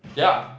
ya